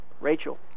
Rachel